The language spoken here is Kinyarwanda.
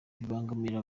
bibangamira